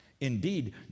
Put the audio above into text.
Indeed